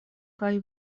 kaj